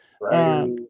Right